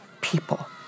people